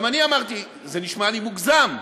גם אני אמרתי שזה נשמע לי מוגזם,